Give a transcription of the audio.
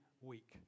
week